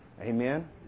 Amen